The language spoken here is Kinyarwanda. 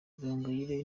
gahongayire